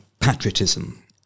patriotism